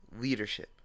leadership